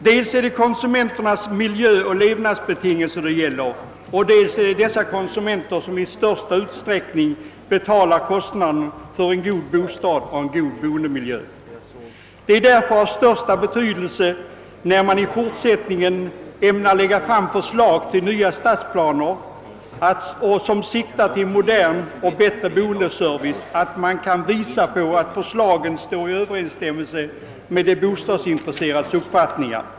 Dels gäller det konsumenteras miljöoch levnadsbetingelser, dels är det dessa konsumenter som i största utsträckning betalar kostnaderna för en god bostad och en god boendemiljö. Det är därför av största betydelse att man, när man i fortsättningen ämnar lägga fram förslag till nya stadsplaner och siktar till modern och bättre boendeservice, kan visa på att förslagen står i överensstämmelse med de bostadsintresserades uppfattningar.